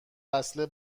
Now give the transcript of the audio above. وصله